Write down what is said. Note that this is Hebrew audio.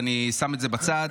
ואני שם את זה בצד,